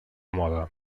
moda